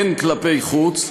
הן כלפי חוץ,